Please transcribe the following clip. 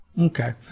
okay